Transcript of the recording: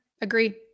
Agree